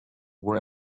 were